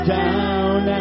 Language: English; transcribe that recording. down